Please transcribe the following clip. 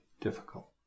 difficult